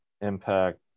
impact